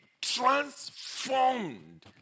transformed